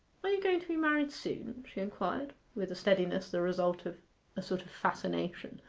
are you going to be married soon she inquired, with a steadiness the result of a sort of fascination,